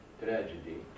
tragedy